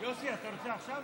החוק.